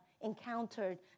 encountered